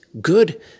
good